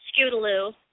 Scootaloo